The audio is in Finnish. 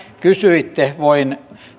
kysyitte voin